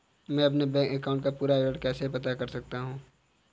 मैं अपने bank account का पूरा विवरण कैसे पता कर सकता हूँ?